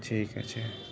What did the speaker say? ঠিক আছে